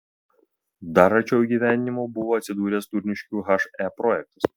dar arčiau įgyvendinimo buvo atsidūręs turniškių he projektas